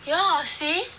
yeah see